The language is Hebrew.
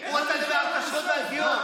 הוא רצה לדבר על כשרות ועל גיור.